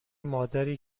مادری